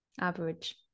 average